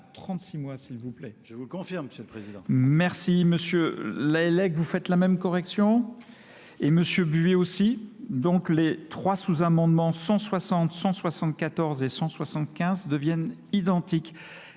36 mois, s'il vous plaît ? Je vous le confirme, M. le Président. Merci, M. l'Aélec. Vous faites la même correction ? Et M. Bué aussi, donc les trois sous-amendements 160, 174 et 175 deviennent identiques.